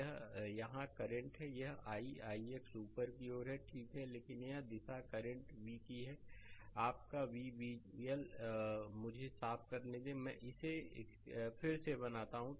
ये यहाँ करंट हैं यह i ix ऊपर की ओर है ठीक है लेकिन यह दिशा करंट V है आपका V0 VL मुझे साफ़ करने दे मैं इसे फिर से बनाता हूँ